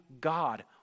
God